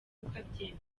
ukabyemera